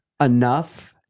enough